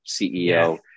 CEO